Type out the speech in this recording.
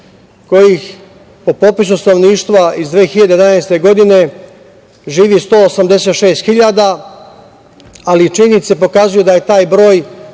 kojih po popisu stanovništva iz 2011. godine živi 186 hiljada, ali činjenice pokazuju da je taj broj